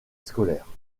scolaire